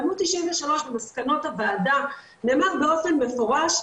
בעמוד 93 במסקנות הוועדה נאמר באופן מפורש,